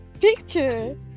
picture